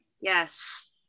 Yes